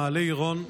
מעלה עירון,